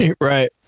right